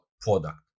product